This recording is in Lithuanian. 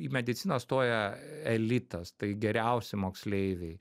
į mediciną stoja elitas tai geriausi moksleiviai